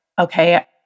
okay